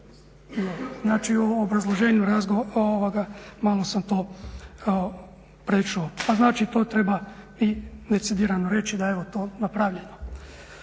Znači u obrazloženju malo sam to prečuo. Pa znači to treba i decidirano reći, da je evo to napravljeno.